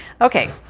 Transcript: Okay